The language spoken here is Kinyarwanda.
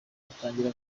atangira